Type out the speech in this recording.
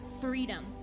freedom